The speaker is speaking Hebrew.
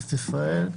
בכנסת ישראל.